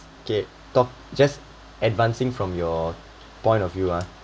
okay talk just advancing from your point of view ah